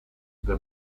the